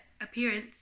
appearance